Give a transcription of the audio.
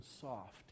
soft